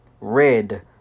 red